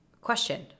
question